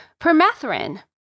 Permethrin